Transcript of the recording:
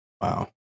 Wow